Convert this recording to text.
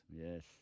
Yes